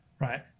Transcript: Right